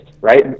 right